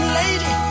lady